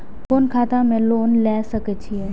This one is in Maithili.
कोन खाता में लोन ले सके छिये?